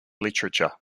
literature